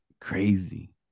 crazy